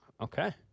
Okay